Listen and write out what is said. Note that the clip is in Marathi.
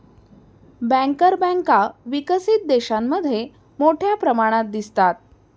बँकर बँका विकसित देशांमध्ये मोठ्या प्रमाणात दिसतात